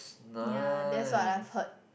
ya that's what I have heard